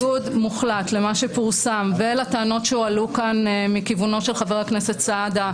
בניגוד מוחלט למה שפורסם ולטענות שהועלו כאן מכיוונו של חבר הכנסת סעדה,